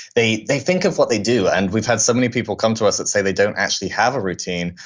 they they think of what they do. and we've had so many people come to us that say, they don't actually have a routine,